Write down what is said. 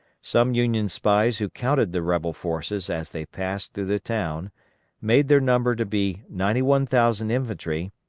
some union spies who counted the rebel forces as they passed through the town made their number to be ninety one thousand infantry,